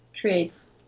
creates